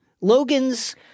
Logan's